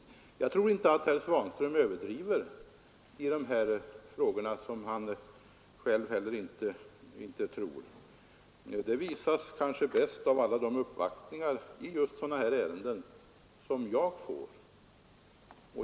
Jag tror inte att herr Svanström överdriver i de här frågorna. Det visas kanske bäst av alla de uppvaktningar just i sådana här ärenden som jag får.